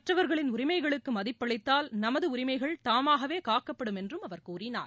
மற்றவர்களின் உரிமைகளுக்கு மதிப்பளித்தால் நமது உரிமைகள் தாமாகவே காக்கப்படும் என்றும் அவர் கூறினார்